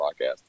podcast